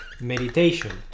meditation